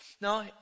No